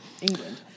England